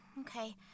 Okay